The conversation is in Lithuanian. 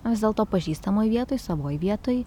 vis dėlto pažįstamoj vietoj savoj vietoj